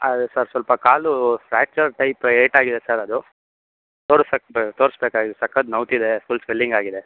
sir ಸ್ವಲ್ಪ ಕಾಲು fracture type ಏಟಾಗಿದೆ ಸರ್ ಅದು ತೋರಿಸಕ್ ತೋರಿಸಬೇಕಾಗಿತ್ತು ಸಖತ್ತು ನೋಯ್ತಿದೆ ಫುಲ್ ಸ್ವೆಲ್ಲಿಂಗ್ ಆಗಿದೆ